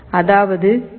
அதாவது மோட்டார் 1